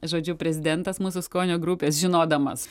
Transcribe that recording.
žodžiu prezidentas mūsų skonio grupės žinodamas